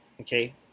Okay